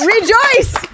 Rejoice